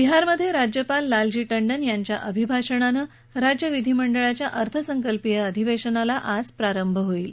बिहारमध्ये राज्यपाल लालजी टंडन यांच्या अभिभाषणानं विधिमंडळाच्या अर्थसंकल्पीय अधिवेशनाला आज प्रारंभ होईल